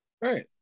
Right